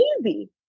easy